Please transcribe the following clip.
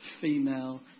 female